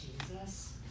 Jesus